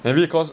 maybe cause